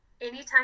anytime